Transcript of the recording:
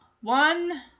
one